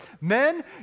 Men